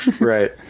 right